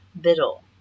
Biddle